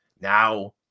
now